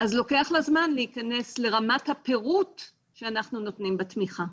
אז לוקח לה זמן להיכנס לרמת הפירוט שאנחנו נותנים בתמיכה.